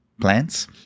plants